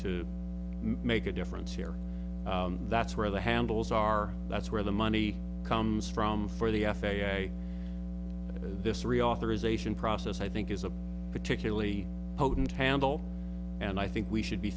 to make a difference here that's where the handles are that's where the money comes from for the f a a this reauthorization process i think is a particularly potent handle and i think we should be